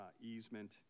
easement